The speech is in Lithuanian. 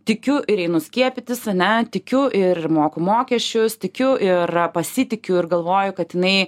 tikiu ir einu skiepytis ane tikiu ir moku mokesčius tikiu ir pasitikiu ir galvoju kad jinai